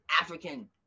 African